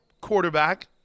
quarterback